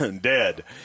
dead